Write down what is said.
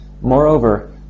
Moreover